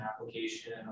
application